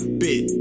bit